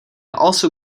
also